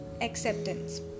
acceptance